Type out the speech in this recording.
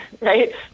right